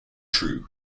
true